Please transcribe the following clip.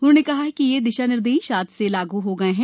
उन्होंने कहा कि ये दिशा निर्देश आज से लागू हो गये हैं